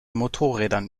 motorrädern